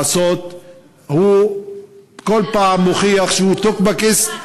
הוא בכל פעם מוכיח שהוא טוקבקיסט,